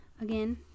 Again